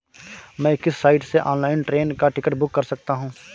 मैं किस साइट से ऑनलाइन ट्रेन का टिकट बुक कर सकता हूँ?